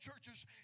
churches